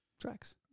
tracks